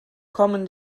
kommen